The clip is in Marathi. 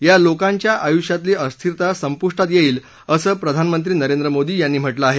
या लोकांच्या आयुष्यातली अस्थिरता संपुष्टात येणार आहे असं प्रधानमंत्री नरेंद मोदी यांनी म्हटलं आहे